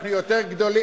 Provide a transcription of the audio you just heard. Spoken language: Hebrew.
אנחנו לא המפלגה הגדולה.